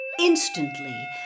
Instantly